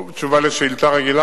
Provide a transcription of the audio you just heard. השאילתא הועברה